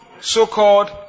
so-called